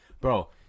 Bro